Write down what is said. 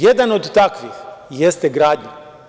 Jedan od takvih jeste gradnja.